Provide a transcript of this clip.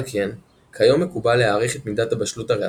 על כן, כיום מקובל להעריך את מידת הבשלות הריאתית,